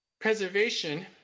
Preservation